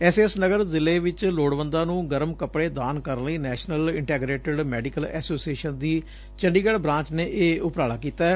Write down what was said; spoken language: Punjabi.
ਐਸਏਐਸ ਨਗਰ ਜ਼ਿਲੇ ਵਿੱਚ ਲੋੜਵੰਦਾਂ ਨੂੰ ਗਰਮ ਕੱਪੜੇ ਦਾਨ ਕਰਨ ਲਈ ਨੈਸ਼ਨਲ ਦਿੰਟੈਗਰੇਟਿਡ ਮੈਡੀਕਲ ਐਸੋਸੀਏਸ਼ਨ ਦੀ ਚੰਡੀਗੜ ਬਰਾਂਚ ਨੇ ਇਹ ਉਪਰਾਲਾ ਕੀਤੈ